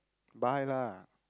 buy lah